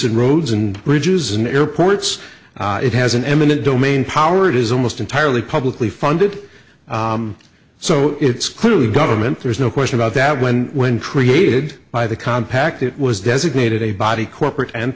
and roads and bridges and airports it has an eminent domain power it is almost entirely publicly funded so it's clearly government there's no question about that when when created by the compact it was designated a body corporate and